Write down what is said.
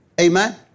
Amen